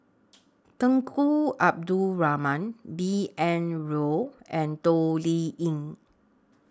Tunku Abdul Rahman B N Rao and Toh Liying